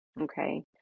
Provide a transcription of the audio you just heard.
okay